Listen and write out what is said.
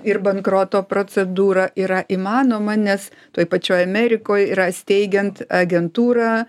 ir bankroto procedūra yra įmanoma nes toj pačioj amerikoj yra steigiant agentūrą